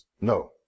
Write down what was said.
No